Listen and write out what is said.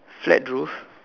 flat roof